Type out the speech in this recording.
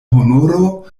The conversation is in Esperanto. honoro